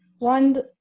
One